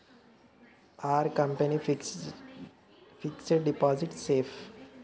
Are company fixed deposit safe?